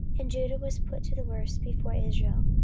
and judah was put to the worse before israel,